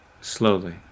slowly